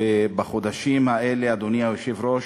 ובחודשים האלה, אדוני היושב-ראש,